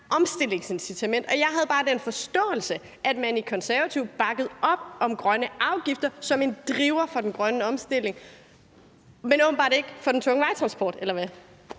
omstillingsincitament. Og jeg havde bare den forståelse, at man i Konservative bakkede op om grønne afgifter som en driver for den grønne omstilling – men åbenbart ikke for den tunge vejtransport, eller hvad?